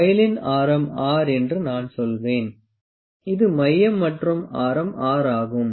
வொயிலின் ஆரம் R என்று நான் சொல்வேன் இது மையம் மற்றும் ஆரம் R ஆகும்